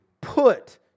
put